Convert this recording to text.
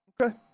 Okay